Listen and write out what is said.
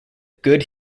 good